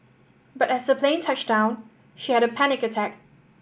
but as the plane touched down she had a panic attack